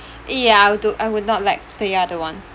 ya would to I would not like the other one